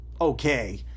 okay